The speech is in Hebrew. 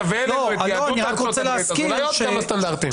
אז אולי עוד כמה סטנדרטים.